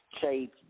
say